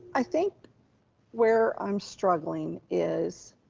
i think where i'm struggling is